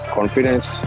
confidence